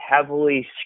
heavily